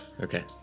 Okay